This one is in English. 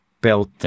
built